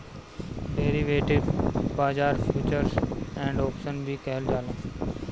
derivative बाजार futures and option भी कहल जाला